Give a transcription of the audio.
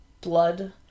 blood